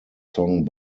song